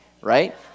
right